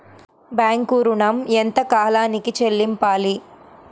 Bank ఋణం ఎంత కాలానికి చెల్లింపాలి?